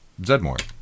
Zedmore